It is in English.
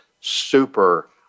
super